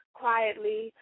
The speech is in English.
quietly